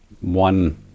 one